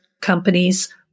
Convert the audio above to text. companies